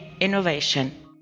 innovation